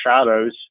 shadows